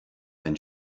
ten